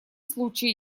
случае